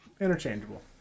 Interchangeable